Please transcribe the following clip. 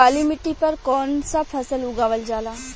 काली मिट्टी पर कौन सा फ़सल उगावल जाला?